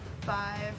five